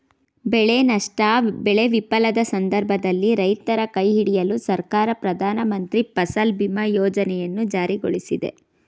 ಬೆಳೆ ನಷ್ಟ ಬೆಳೆ ವಿಫಲದ ಸಂದರ್ಭದಲ್ಲಿ ರೈತರ ಕೈಹಿಡಿಯಲು ಸರ್ಕಾರ ಪ್ರಧಾನಮಂತ್ರಿ ಫಸಲ್ ಬಿಮಾ ಯೋಜನೆಯನ್ನು ಜಾರಿಗೊಳಿಸಿದೆ